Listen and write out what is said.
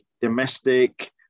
domestic